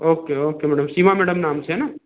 okay okay madam Seema madam नाम से है न